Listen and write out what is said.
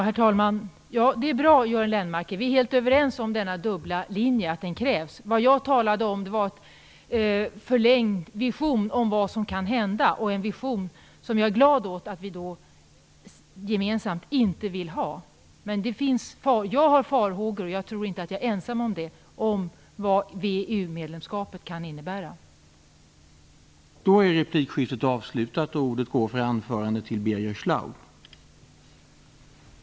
Herr talman! Det är bra, Göran Lennmarker. Vi är helt överens om att denna dubbla linje krävs. Det jag talade om var en vision om vad som kan hända, och jag är glad åt att vi har det gemensamt att vi inte vill ha den visionen. Men jag har farhågor för vad VEU medlemskapet kan innebära, och jag tror inte att jag är ensam om det.